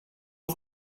auf